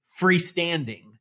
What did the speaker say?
freestanding